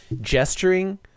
gesturing